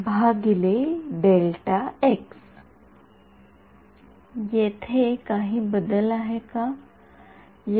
तर समीकरण १ आहे येथे काही बदलले आहे का